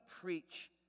preach